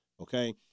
Okay